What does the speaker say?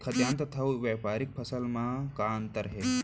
खाद्यान्न तथा व्यापारिक फसल मा का अंतर हे?